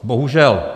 Bohužel.